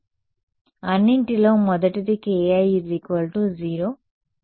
అన్నింటిలో మొదటిది k i 0 సరైనది అని చూడండి